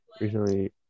Recently